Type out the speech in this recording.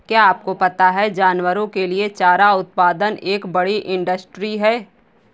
क्या आपको पता है जानवरों के लिए चारा उत्पादन एक बड़ी इंडस्ट्री है?